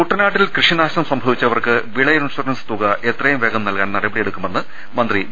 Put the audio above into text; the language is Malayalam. കുട്ടനാട്ടിൽ കൃഷിനാശം സംഭവിച്ചവർക്ക് വിള ഇൻഷുറൻസ് തുക എത്രയും വേഗം നൽകാൻ നടപടിയെടുക്കുമെന്ന് മന്ത്രി വി